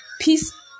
peace